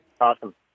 Awesome